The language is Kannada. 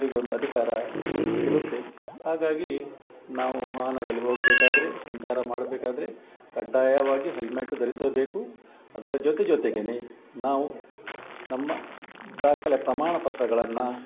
ಅವರಿಗೊಂದು ಅಧಿಕಾರ ಇರುತ್ತೆ ಹಾಗಾಗಿ ನಾವು ವಾಹನದಲ್ಲಿ ಹೋಗಬೇಕಾದ್ರೆ ಸಂಚಾರ ಮಾಡಬೇಕಾದ್ರೆ ಕಡ್ಡಾಯವಾಗಿ ಹೆಲ್ಮೆಟ್ ಧರಿಸಬೇಕು ಅದರ ಜೊತೆ ಜೊತೆಗೆ ನಾವು ನಮ್ಮ ದಾಖಲೆ ಪ್ರಮಾಣ ಪತ್ರಗಳನ್ನು